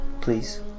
Please